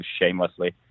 shamelessly